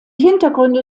hintergründe